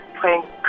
playing